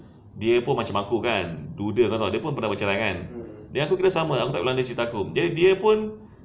dia pun macam aku kan juda dia pun bercerai kan abeh kita sama aku tak bilang dia cerita aku jadi dia pun